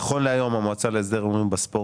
נכון להיום המועצה להסדר הימורים בספורט